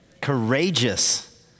courageous